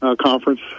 conference